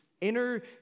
inner